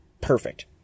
perfect